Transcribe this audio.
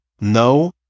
No